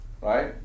right